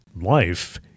Life